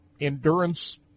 endurance